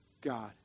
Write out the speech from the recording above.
God